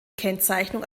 kennzeichnung